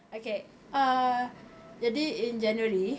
okay ah jadi in january